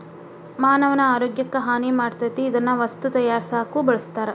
ಮಾನವನ ಆರೋಗ್ಯಕ್ಕ ಹಾನಿ ಮಾಡತತಿ ಇದನ್ನ ವಸ್ತು ತಯಾರಸಾಕು ಬಳಸ್ತಾರ